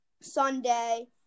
Sunday